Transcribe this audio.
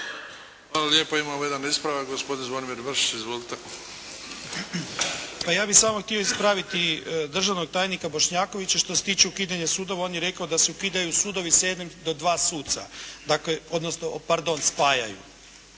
Pa ja bih samo htio ispraviti državnog tajnika Bpšnjakovića. Što se tiče ukidanja sudova on je rekao da se ukidaju sudovi sa jednim do dva suca, odnosno pardon spajaju